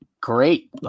great